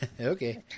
Okay